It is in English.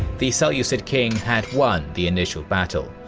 the seleucid king had won the initial battle,